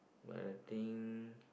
but I think